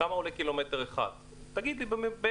כמה עולה קילומטר אחד, תגיד לי בערך.